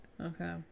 okay